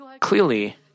clearly